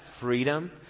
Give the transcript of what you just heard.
freedom